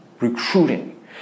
recruiting